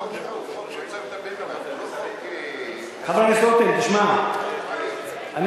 אני מציע לך לעשות תשובה והצבעה במועד אחר.